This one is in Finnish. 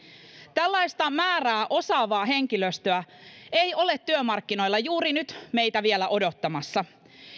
tällaista määrää osaavaa henkilöstöä ei ole työmarkkinoilla juuri nyt meitä vielä odottamassa